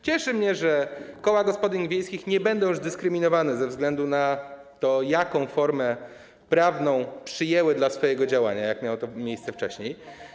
Cieszy mnie, że koła gospodyń wiejskich nie będą już dyskryminowane ze względu na to, jaką formę prawną przyjęły dla swojego działania, jak miało to miejsce wcześniej.